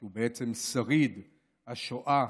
שהוא בעצם שריד השואה,